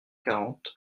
quarante